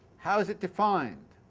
how is it defined?